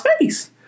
space